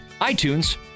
iTunes